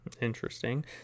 Interesting